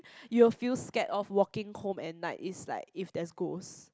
you will feel scared of walking home at night is like if there's ghost